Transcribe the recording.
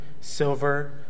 silver